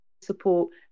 support